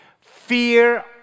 fear